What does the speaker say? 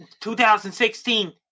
2016